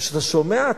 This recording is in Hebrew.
כשאתה שומע,